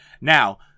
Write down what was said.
Now